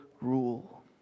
rule